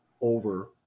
over